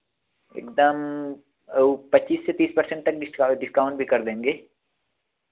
एक दम वह पच्चीस से तीस पर सेंट तक डिस डिस्काउंट भी कर देंगे